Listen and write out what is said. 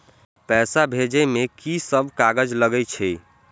पैसा भेजे में की सब कागज लगे छै?